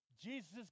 Jesus